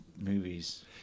movies